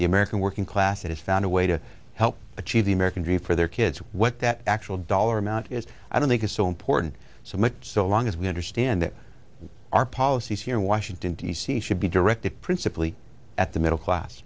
the american working class it has found a way to help achieve the american dream for their kids what that actual dollar amount is i don't think is so important so much so long as we understand that our policies here in washington d c should be directed principally at the middle class